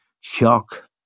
shock